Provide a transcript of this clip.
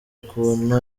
ukuntu